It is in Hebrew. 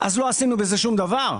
אז לא עשינו בזה שום דבר.